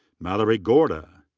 mallory gorder.